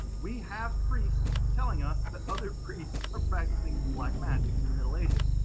we have priests telling us that other priests are practicing black magic in the middle ages.